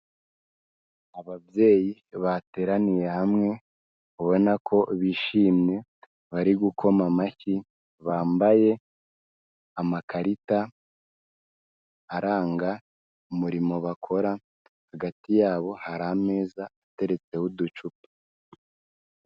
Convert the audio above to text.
Ababyeyi bateraniye hamwe, ubona ko bishimye, bari gukoma amashyi, bambaye amakarita aranga umurimo bakora, hagati yabo hari ameza ateretseho uducupa.